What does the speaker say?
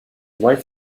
wife